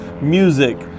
music